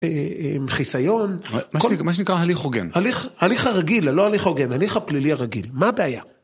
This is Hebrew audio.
חיסיון, מה שנקרא הליך הוגן, הליך הרגיל הלא הליך הוגן, הליך הפלילי הרגיל, מה הבעיה?